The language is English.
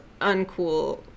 uncool